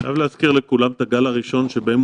אני חייב להזכיר לכולם את הגל הראשון שבו